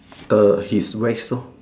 the his waist lor